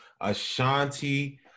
Ashanti